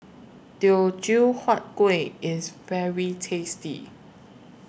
Teochew Huat Kueh IS very tasty